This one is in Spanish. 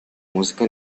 música